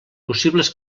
possibles